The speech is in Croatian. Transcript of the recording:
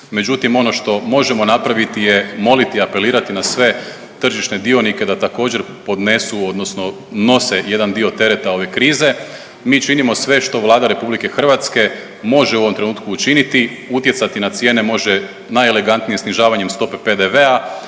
međutim ono što možemo napraviti je moliti i apelirati na sve tržišne dionike da također podnesu odnosno nose jedan dio tereta ove krize. Mi činimo sve što Vlada RH može u ovom trenutku učiniti, utjecati na cijene može najelegantnije sniženjem stope PDV-a,